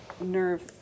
nerve